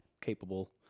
capable